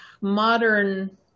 modern